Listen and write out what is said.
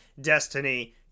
Destiny